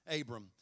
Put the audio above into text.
Abram